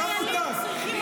אתה מנותק.